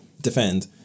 defend